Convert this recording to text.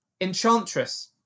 Enchantress